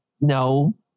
no